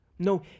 No